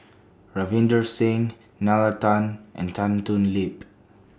Ravinder Singh Nalla Tan and Tan Thoon Lip